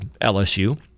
LSU